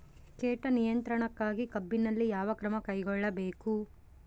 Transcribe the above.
ಕೇಟ ನಿಯಂತ್ರಣಕ್ಕಾಗಿ ಕಬ್ಬಿನಲ್ಲಿ ಯಾವ ಕ್ರಮ ಕೈಗೊಳ್ಳಬೇಕು?